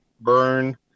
Burn